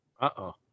Uh-oh